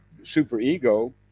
superego